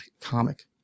comic